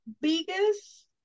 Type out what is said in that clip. biggest